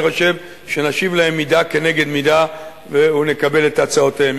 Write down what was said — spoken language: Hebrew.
אני חושב שנשיב להם מידה כנגד מידה ונקבל את הצעותיהם.